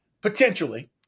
potentially